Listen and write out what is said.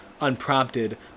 unprompted